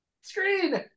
Screen